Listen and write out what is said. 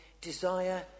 desire